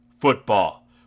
football